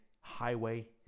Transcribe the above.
highway